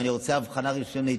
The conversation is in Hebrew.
אם אני רוצה אבחנה ראשונית,